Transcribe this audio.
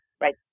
right